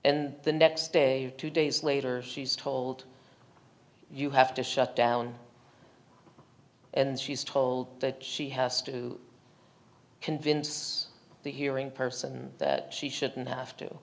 and the next day two days later she's told you have to shut down and she's told that she has to convince the hearing person that she shouldn't have to